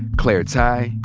claire tighe,